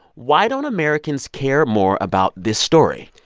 why don't americans care more about this story?